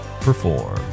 Perform